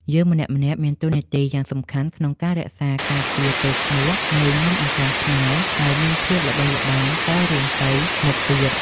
យើងម្នាក់ៗមានតួនាទីយ៉ាងសំខាន់ក្នុងការរក្សាការពារកេរ្តិ៍ឈ្មោះនៃនំអន្សមខ្មែរឱ្យមានភាពល្បីល្បាញតរៀងទៅមុខទៀត។